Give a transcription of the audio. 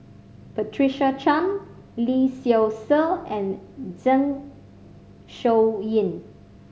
Patricia Chan Lee Seow Ser and Zeng Shouyin